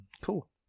Cool